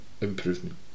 improvement